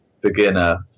beginner